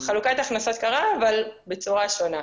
חלוקת הכנסות קרה אבל בצורה שונה.